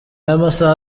y’amasaha